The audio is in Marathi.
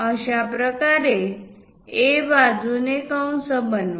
अशाप्रकारे A बाजूने कंस बनवा